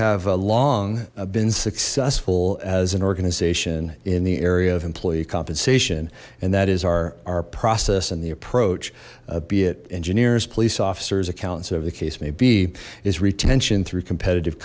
have long been successful as an organisation in the area of employee compensation and that is our our process and the approach be it engineers police officers accountants over the case maybe is retention through competitive